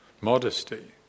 Modesty